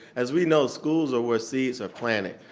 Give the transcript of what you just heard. as we know, schools are where seeds are planted.